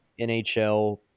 NHL